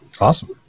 Awesome